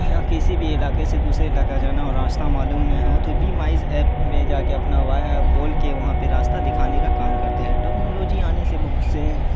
یا کسی بھی علاقے سے دوسرے علاقہ جانا ہو راستہ معلوم نیں ہو تو بی مائز ایپ پہ اپنا وہ بول کے وہاں پہ راستہ دکھانے کا کام کرتے ہیں ٹیکنالوجی آنے سے بہت سے